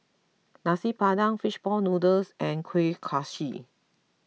Nasi Padang Fish Ball Noodles and Kuih Kaswi